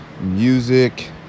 music